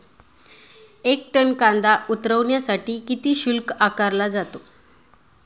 एक टन कांदा उतरवण्यासाठी किती शुल्क आकारला जातो?